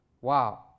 Wow